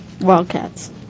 Wildcats